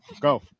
go